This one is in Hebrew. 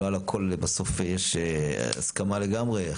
לא על הכל בסוף יש הסכמה לגמרי.